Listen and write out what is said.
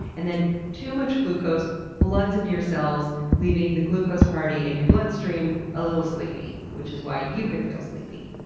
and then too much glucose floods into your cells, leaving the glucose party in your blood stream a little sleepy, which is why you can feel sleepy,